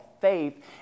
faith